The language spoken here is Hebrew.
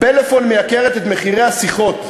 "פלאפון מייקרת את מחירי השיחות",